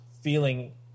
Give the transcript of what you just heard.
feeling